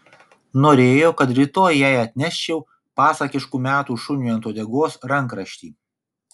norėjo kad rytoj jai atneščiau pasakiškų metų šuniui ant uodegos rankraštį